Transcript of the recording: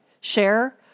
share